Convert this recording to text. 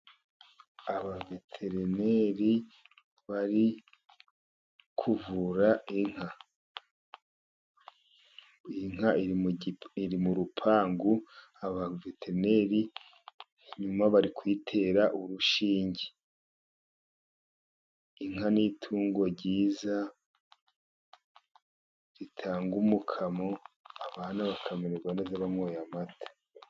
Abaveterineri bari kuvura inka , inka iri mu rupangu abaveterineri barimo bari kuyitera urushinge, inka n'itungo ryiza ritanga umukamo , abana bakamererwa neza banyweye amata.